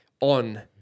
on